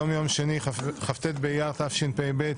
היום יום שני, כ"ט באייר התשפ"ב,